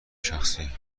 شخصیه